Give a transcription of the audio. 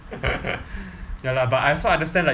ya lah but I also understand like